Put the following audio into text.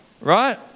right